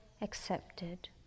accepted